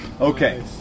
Okay